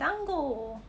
dango